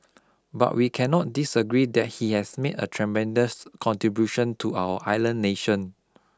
but we cannot disagree that he has made a tremendous contribution to our island nation